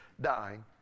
dying